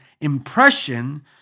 impression